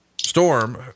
storm